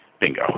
bingo